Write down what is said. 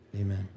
amen